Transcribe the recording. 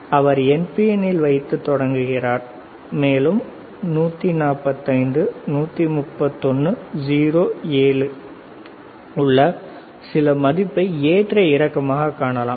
எனவே அவர் NPN இல் வைத்து தொடங்குகிறார் மேலும் 145 131 0 7 இல் உள்ள சில மதிப்பை ஏற்ற இறக்கமாகக் காணலாம்